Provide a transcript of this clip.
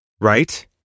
Right